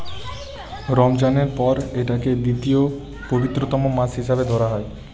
রমজানের পর এটাকে দ্বিতীয় পবিত্রতম মাস হিসাবে ধরা হয়